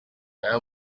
aya